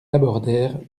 abordèrent